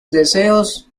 deseos